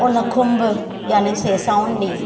उन खुंभ यानी सेसाऊं ॾींहुं